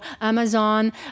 Amazon